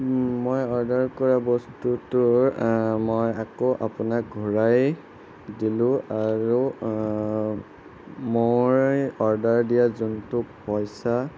মই অৰ্ডাৰ কৰা বস্তুটো মই আকৌ আপোনাক ঘুৰাই দিলোঁ আৰু মই অৰ্ডাৰ দিয়া যোনটো পইচা